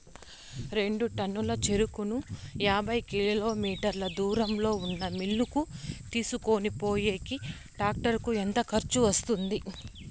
రెండు టన్నుల చెరుకును యాభై కిలోమీటర్ల దూరంలో ఉన్న మిల్లు కు తీసుకొనిపోయేకి టాక్టర్ కు ఎంత ఖర్చు వస్తుంది?